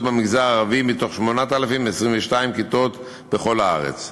במגזר הערבי מתוך 8,022 כיתות בכל הארץ.